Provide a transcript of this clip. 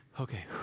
Okay